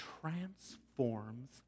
transforms